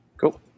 Cool